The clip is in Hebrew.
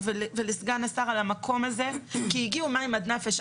ולסגן השר על המקום הזה כי הגיעו מים עד נפש.